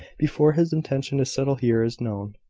before his intention to settle here is known.